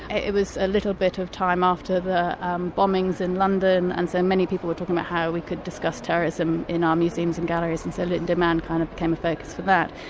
it was a little bit of time after the bombings in london, and so many people were talking about how we could discuss terrorism in our museums and galleries, and so lindow man kind of became a focus for that.